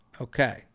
Okay